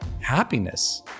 happiness